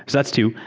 that's two.